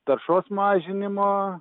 taršos mažinimo